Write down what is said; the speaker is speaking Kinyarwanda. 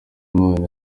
imana